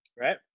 Right